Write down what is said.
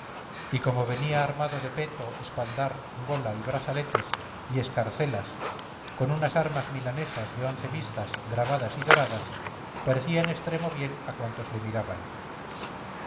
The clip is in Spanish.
y como venía armado de peto espaldar gola y brazaletes y escarcelas con unas armas milanesas de once vistas grabadas y doradas parecía en extremo bien a cuantos le miraban